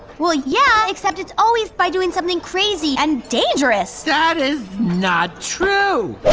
well, yeah, except it's always by doing something crazy and dangerous. that is not true!